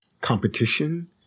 competition